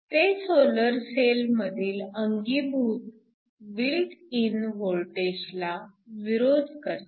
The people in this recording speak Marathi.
ते सोलर सेल मधील अंगीभूत बिल्ट इन वोल्टेजला विरोध करते